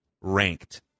ranked